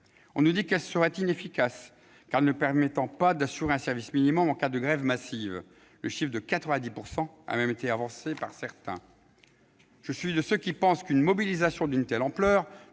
On nous dit que ces règles seraient inefficaces, car elles ne permettraient pas d'assurer un service minimum en cas de grève massive. Le taux de 90 % a même été avancé par certains ... Je suis de ceux qui pensent qu'une mobilisation d'une telle ampleur